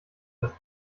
das